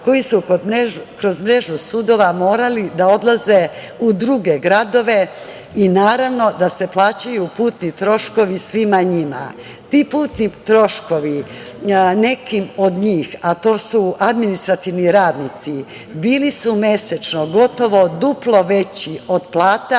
koji su kroz mrežu sudova morali da odlaze u druge gradove i naravno da se plaćaju putni troškovi svima njima. Ti putni troškovi nekim od njih, a to su administrativni radnici, bili su mesečno gotovo duplo veći od plata